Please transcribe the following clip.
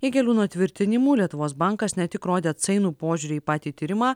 jakeliūno tvirtinimu lietuvos bankas ne tik rodė atsainų požiūrį į patį tyrimą